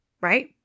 right